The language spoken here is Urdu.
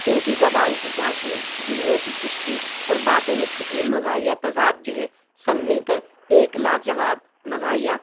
ان کی زبان کی چاشنی جملوں کی چستی اور باتوں میں چھپی ہوئی مزاحیہ تضاد جو ہے سب مل کر ایک لاجواب مزاحیہ